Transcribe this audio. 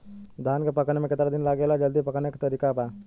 धान के पकने में केतना दिन लागेला जल्दी पकाने के तरीका बा?